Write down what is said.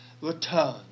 return